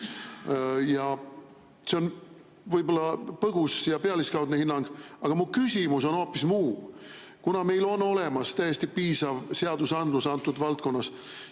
See on võib-olla põgus ja pealiskaudne hinnang, aga mu küsimus on hoopis muu. Kuna meil on olemas täiesti piisav seadusandlus antud valdkonnas,